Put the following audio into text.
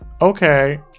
Okay